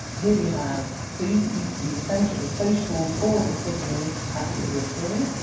here we have food that used to be the center, the social core of the city at the periphery.